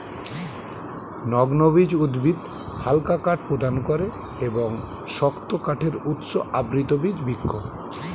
নগ্নবীজ উদ্ভিদ হালকা কাঠ প্রদান করে এবং শক্ত কাঠের উৎস আবৃতবীজ বৃক্ষ